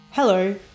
Hello